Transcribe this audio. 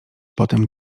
potem